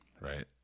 Right